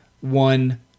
one